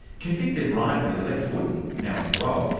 convicted riot leader lex wotton, now on parole,